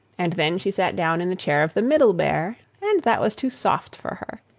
and then she sat down in the chair of the middle bear, and that was too soft for her.